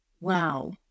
Wow